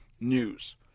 news